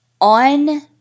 on